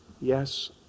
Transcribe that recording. Yes